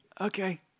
Okay